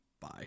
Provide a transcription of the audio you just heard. bye